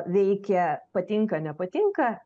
veikia patinka nepatinka